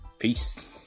Peace